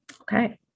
Okay